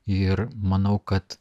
ir manau kad